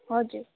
हजुर